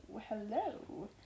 hello